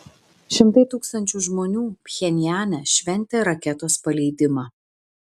šimtai tūkstančių žmonių pchenjane šventė raketos paleidimą